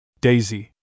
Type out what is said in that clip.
Daisy